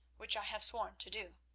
which i have sworn to do.